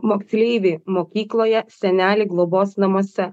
moksleivį mokykloje senelį globos namuose